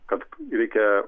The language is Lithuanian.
kad reikia